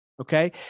okay